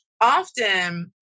often